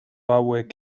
hauek